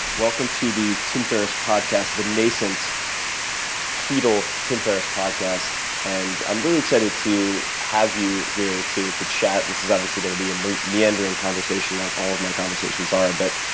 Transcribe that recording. welcome to the tim ferriss podcast, the nascent fetal tim ferriss podcast, and i'm really excited to have you here to to chat. this is obviously going to be um a meandering conversation like all of my conversations are. but